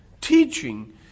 teaching